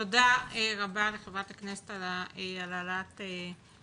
תודה רבה לחברת הכנסת סונדוס סאלח על העלאת הנושא.